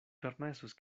permesos